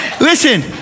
Listen